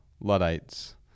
Luddites